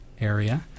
area